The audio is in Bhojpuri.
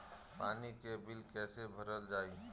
पानी के बिल कैसे भरल जाइ?